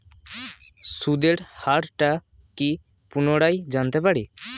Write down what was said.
সুদের হার টা কি পুনরায় জানতে পারি?